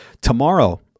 tomorrow